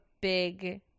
big